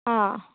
ಹಾಂ